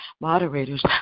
moderators